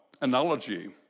analogy